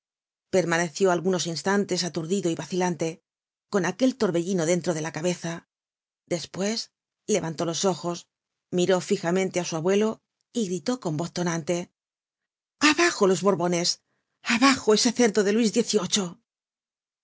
permaneció algunos instantes aturdido y vacilante con aquel torbellino dentro de la cabeza despues levantó los ojos miró fijamente á su abuelo y gritó con voz tonante abajo los borbones abajo ese cerdo de luis